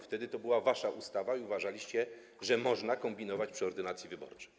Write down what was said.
Wtedy to była wasza ustawa, więc uważaliście, że można kombinować przy ordynacji wyborczej.